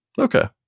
Okay